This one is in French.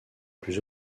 plus